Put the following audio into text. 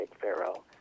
pharaoh